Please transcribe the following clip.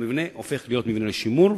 המבנה הופך להיות מבנה לשימור,